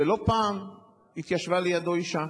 ולא פעם התיישבה לידו אשה.